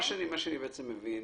אני בעצם מבין